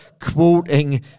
quoting